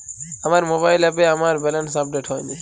আমার মোবাইল অ্যাপে আমার ব্যালেন্স আপডেট হয়নি